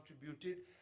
contributed